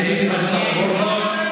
אני עשיתי את הבדיקה מראש.